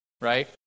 right